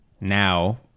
now